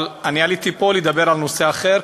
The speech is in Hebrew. אבל עליתי פה לדבר על נושא אחר,